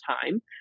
time